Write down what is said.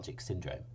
syndrome